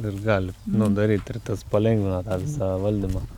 ir gali nu daryt ir tas palengvina tą visą valdymą